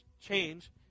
change